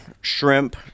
Shrimp